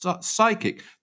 psychic